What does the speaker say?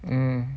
mm